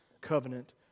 covenant